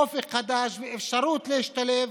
אופק חדש ואפשרות להשתלב